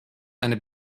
eine